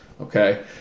Okay